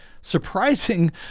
surprising